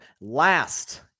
last